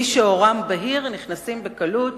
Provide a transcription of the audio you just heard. מי שעורם בהיר נכנסים בקלות,